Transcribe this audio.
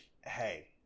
hey